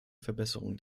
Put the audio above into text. verbesserung